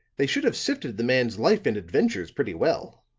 they should have sifted the man's life and adventures pretty well.